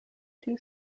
two